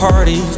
Party